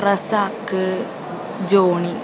Razak Johnny